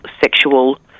sexual